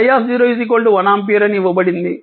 i 1 ampere అని ఇవ్వబడినది